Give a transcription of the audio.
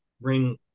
bring